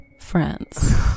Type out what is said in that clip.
France